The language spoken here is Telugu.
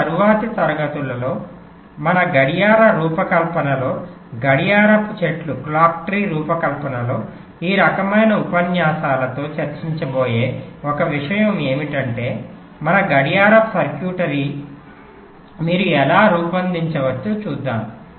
మన తరువాతి తరగతులలో మన గడియార రూపకల్పనలో గడియారపు చెట్టు రూపకల్పనలో ఈ రకమైన ఉపన్యాసాలలో చర్చించబోయే ఒక విషయం ఏమిటంటే మన గడియారపు సర్క్యూట్రీని మీరు ఎలా రూపొందించవచ్చో చూద్దాం